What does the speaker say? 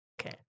Okay